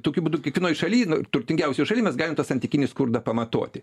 tokiu būdu kiekvienoj šalyj turtingiausioj šalyje mes galim tą santykinį skurdą pamatuoti